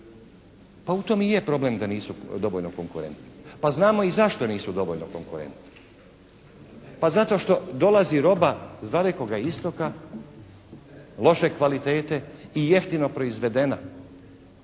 Pa u tom i je problem da nisu dovoljno konkurentni. Pa znamo i zašto nisu dovoljno konkurentni? Pa zato što dolazi roba s Dalekoga istoka loše kvalitete i jeftino proizvedena.